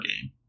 game